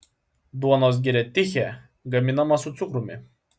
duonos gira tichė gaminama su cukrumi